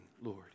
Lord